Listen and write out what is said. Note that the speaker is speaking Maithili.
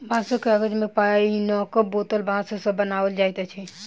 बाँसक काज मे पाइनक बोतल बाँस सॅ बनाओल जाइत अछि